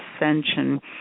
ascension